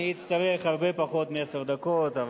אדוני היושב-ראש, אני אצטרך הרבה פחות מעשר דקות.